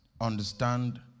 understand